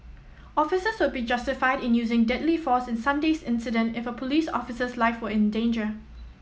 officers would be justified in using deadly force in Sunday's incident if a police officer's life were in danger